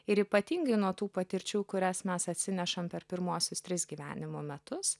ir ypatingai nuo tų patirčių kurias mes atsinešam per pirmuosius tris gyvenimo metus